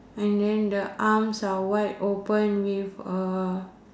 and then the arms are wide open with a